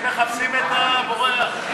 הם מחפשים את הבורח.